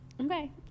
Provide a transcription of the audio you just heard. Okay